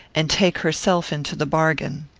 and take herself into the bargain.